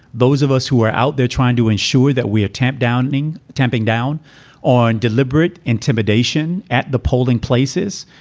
those of us who are out there trying to ensure that we attempt downing, tamping down on deliberate intimidation at the polling places,